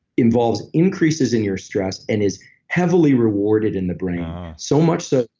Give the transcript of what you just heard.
involves increases in your stress and is heavily rewarded in the brain. so much so,